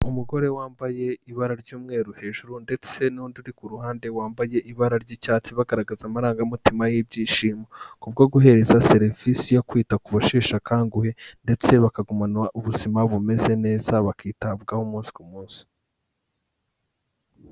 Umugore wambaye ibara ry'umweru hejuru ndetse n'undi uri kuruhande wambaye ibara ry'icyatsi bagaragaza amarangamutima y'ibyishimo kubwo guhereza serivisi yo kwita ku basheshe akanguhe ndetse bakagumana ubuzima bumeze neza, bakitabwaho umunsi ku munsi.